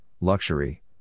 Luxury